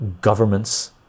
governments